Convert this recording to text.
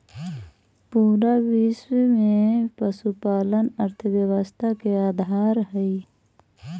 पूरा विश्व में पशुपालन अर्थव्यवस्था के आधार हई